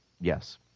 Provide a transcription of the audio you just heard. Yes